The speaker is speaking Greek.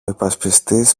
υπασπιστής